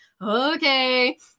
okay